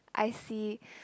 I see